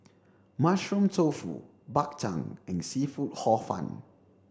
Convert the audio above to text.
mushroom tofu Bak Bhang and seafood hor fun